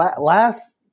Last